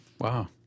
Wow